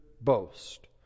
boast